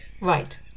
Right